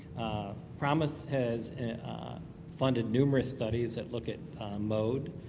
promis has funded numerous studies that look at mode.